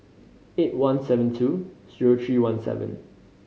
eight one seven two zero three one seven